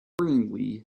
worryingly